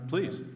Please